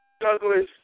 Douglas